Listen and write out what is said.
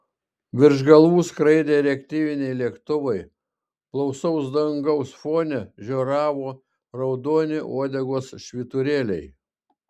virš galvų skraidė reaktyviniai lėktuvai blausaus dangaus fone žioravo raudoni uodegos švyturėliai